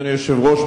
אדוני היושב-ראש,